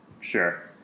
Sure